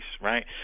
right